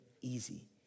easy